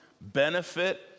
benefit